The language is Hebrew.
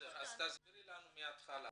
תסבירי לנו מהתחלה.